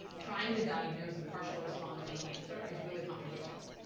trying to diagnose a partial response in cancer is really controversial.